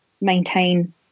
maintain